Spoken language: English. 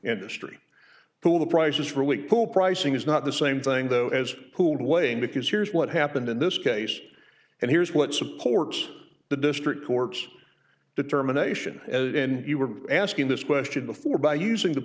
industry through the prices really cool pricing is not the same thing though as pooled weighing because here's what happened in this case and here's what supports the district court's determination as in you were asking this question before by using the